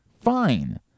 Fine